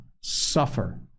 suffer